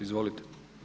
Izvolite.